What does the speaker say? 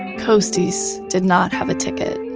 costis did not have a ticket.